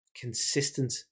consistent